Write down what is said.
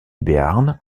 béarn